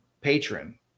patron